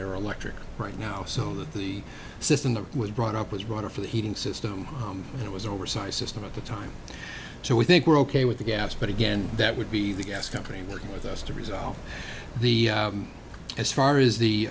there are a lector right now so that the system that was brought up was running for the heating system and it was oversized system at the time so we think we're ok with the gas but again that would be the gas company working with us to resolve the as far as the